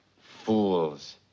Fools